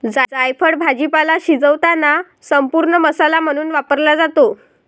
जायफळ भाजीपाला शिजवताना संपूर्ण मसाला म्हणून वापरला जातो